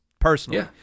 Personally